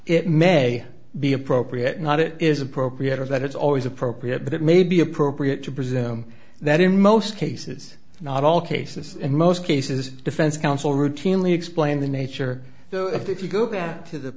it may be appropriate or not it is appropriate or that it's always appropriate but it may be appropriate to presume that in most cases not all cases in most cases defense counsel routinely explain the nature of the if you go back to the